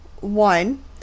one